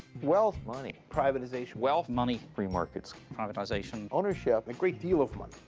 wealth. money. privatization. wealth. money. free markets. privatization. ownership. a great deal of money.